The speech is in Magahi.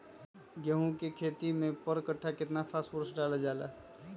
गेंहू के खेती में पर कट्ठा केतना फास्फोरस डाले जाला?